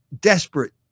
desperate